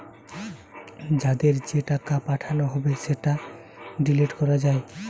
যাদের যে টাকা পাঠানো হবে সেটা ডিলিট করা যায়